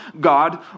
God